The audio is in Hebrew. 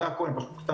הן פשוט קטנות